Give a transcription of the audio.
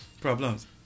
Problems